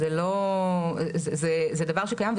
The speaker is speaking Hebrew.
זה דבר שקיים,